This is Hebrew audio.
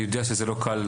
אני יודע שזה לא קל,